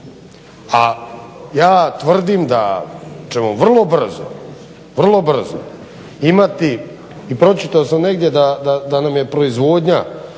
A ja tvrdim da ćemo vrlo brzo imati i pročitao sam negdje da nam je proizvodnja